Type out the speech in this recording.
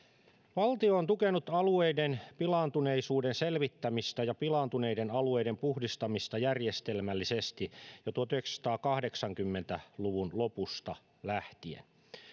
valtio on tukenut alueiden pilaantuneisuuden selvittämistä ja pilaantuneiden alueiden puhdistamista järjestelmällisesti jo tuhatyhdeksänsataakahdeksankymmentä luvun lopusta lähtien